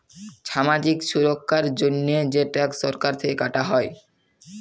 ছামাজিক ছুরক্ষার জন্হে যে ট্যাক্স সরকার থেক্যে কাটা হ্যয়